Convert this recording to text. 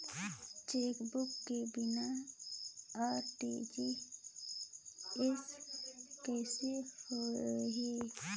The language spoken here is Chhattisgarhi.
चेकबुक के बिना आर.टी.जी.एस कइसे होही?